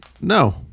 No